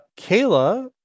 Kayla